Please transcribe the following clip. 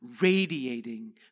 radiating